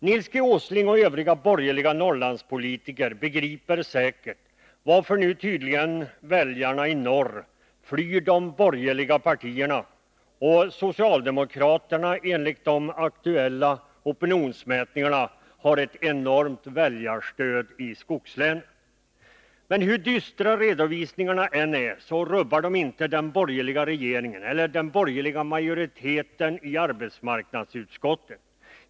Nils G. Åsling och övriga borgerliga Norrlandspolitiker begriper säkert varför nu tydligen väljarna i norr flyr de borgerliga partierna medan socialdemokraterna, enligt de aktuella opinionsmätningarna, har ett enormt väljarstöd i skogslänen. Men hur dystra redovisningarna än är, rubbar de inte den borgerliga regeringen eller den borgerliga majoriteten i arbetsmarknadsutskottet.